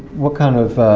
what kind of.